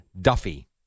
Duffy